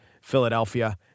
Philadelphia